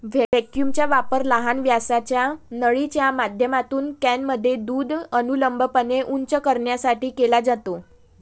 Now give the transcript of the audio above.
व्हॅक्यूमचा वापर लहान व्यासाच्या नळीच्या माध्यमातून कॅनमध्ये दूध अनुलंबपणे उंच करण्यासाठी केला जातो